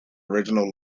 original